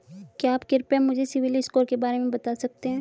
क्या आप कृपया मुझे सिबिल स्कोर के बारे में बता सकते हैं?